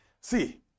See